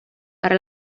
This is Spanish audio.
para